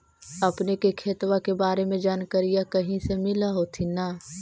अपने के खेतबा के बारे मे जनकरीया कही से मिल होथिं न?